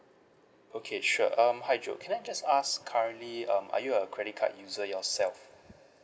okay sure um haidrul can I just ask currently um are you a credit card user yourself